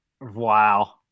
Wow